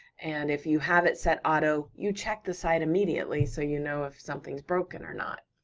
and if you have it set auto, you check the site immediately so you know if something's broken or not.